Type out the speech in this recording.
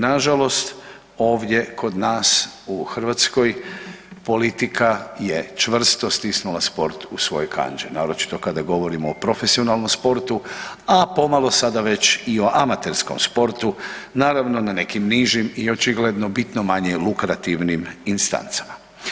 Nažalost, ovdje kod nas u Hrvatskoj politika je čvrsto stisnula sport u svoje kandže, naročito kada govorimo o profesionalnom sportu, a pomalo sada već i o amaterskom sportu, naravno na nekim nižim i očigledno bitno manje lukrativnim instancama.